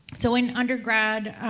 so in undergrad,